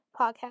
podcast